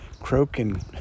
Croaking